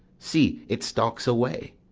see, it stalks away!